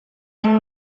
han